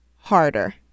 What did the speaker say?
harder